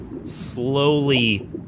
slowly